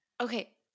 Okay